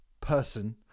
person